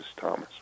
Thomas